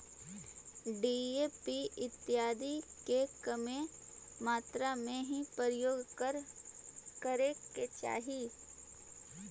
DAP इत्यादि के कमे मात्रा में ही उपयोग करे के चाहि